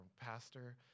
pastor